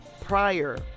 prior